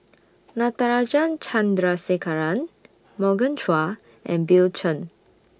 Natarajan Chandrasekaran Morgan Chua and Bill Chen